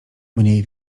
mniej